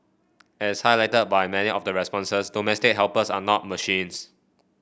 as highlighted by many of the responses domestic helpers are not machines